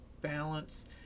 balance